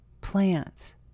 plants